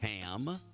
Ham